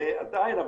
אבל עדיין,